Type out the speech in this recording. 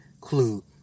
clue